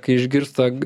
kai išgirsta